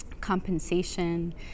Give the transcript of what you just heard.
compensation